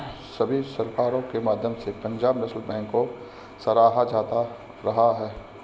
सभी सरकारों के माध्यम से पंजाब नैशनल बैंक को सराहा जाता रहा है